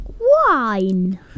Wine